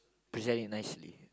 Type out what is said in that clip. present it nicely